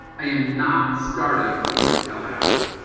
i am not starting with the trip to tallahassee.